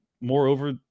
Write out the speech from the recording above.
moreover